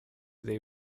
they